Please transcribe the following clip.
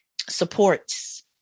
supports